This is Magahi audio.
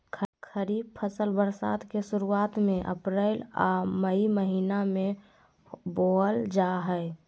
खरीफ फसल बरसात के शुरुआत में अप्रैल आ मई महीना में बोअल जा हइ